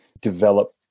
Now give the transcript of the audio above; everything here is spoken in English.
develop